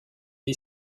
est